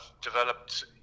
developed